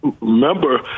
Remember